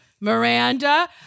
Miranda